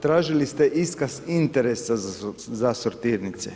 tražili ste iskaz interesa za sortirnice.